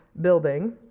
building